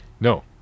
No